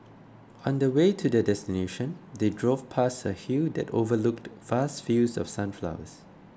on the way to their destination they drove past a hill that overlooked vast fields of sunflowers